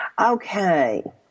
Okay